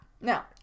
Now